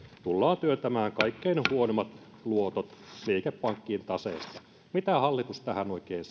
tullaan työntämään kaikkein huonoimmat luotot liikepankkien taseista mitä hallitus tähän oikein